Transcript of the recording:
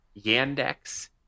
Yandex